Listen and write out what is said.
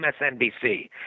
MSNBC